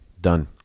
Done